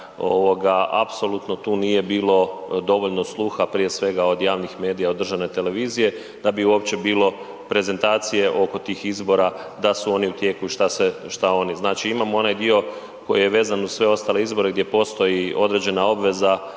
apsolutno tu nije bilo dovoljno sluha prije svega od javnih medija, od državne televizije da bi uopće bili prezentacije oko tih izbora da su oni u tijeku i šta oni. Znači, imamo onaj dio koji je vezan uz sve ostale izbore, gdje postoji određena obveza